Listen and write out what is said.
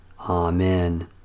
Amen